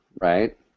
right